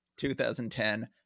2010